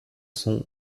sont